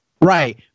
right